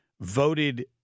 voted